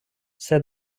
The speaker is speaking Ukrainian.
все